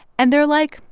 and they're like,